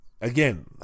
Again